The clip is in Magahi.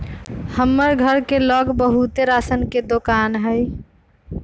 हमर घर के लग बहुते राशन के दोकान हई